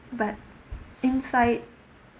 but inside